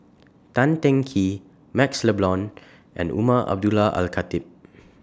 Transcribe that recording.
Tan Teng Kee MaxLe Blond and Umar Abdullah Al Khatib